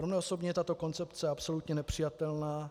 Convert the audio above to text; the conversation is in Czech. Pro mě osobně je tato koncepce absolutně nepřijatelná.